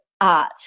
art